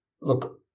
look